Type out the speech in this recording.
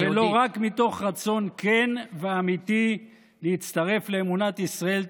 ולא רק מתוך רצון כן ואמיתי להצטרף לאמונת ישראל,